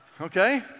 okay